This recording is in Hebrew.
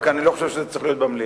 רק אני לא חושב שזה צריך להיות במליאה.